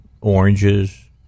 oranges